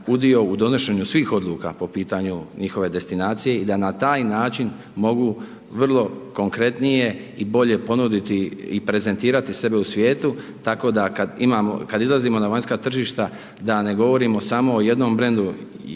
udio u donošenju svih odluka po pitanju njihove destinacije i da na taj način mogu vrlo konkretnije i bolje ponuditi i prezentirati sebe u svijetu, tako da kad izlazimo na vanjska tržišta da ne govorimo samo o jednom brendu RH